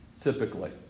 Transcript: typically